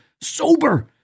Sober